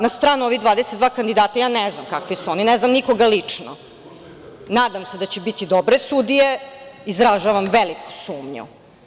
Na stranu ovih 22 kandidata, ja ne znam kakvi su oni, ne znam nikoga lično, nadam se da će biti dobre sudije, izražavam veliku sumnju.